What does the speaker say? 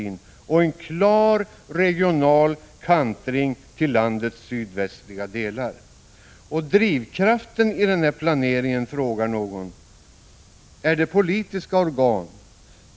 och att programmet innebär en klar regional kantring till landets s:Ad=3..så delar. Drivkraften i denna planering, frågar någon, finns den i politiska organ?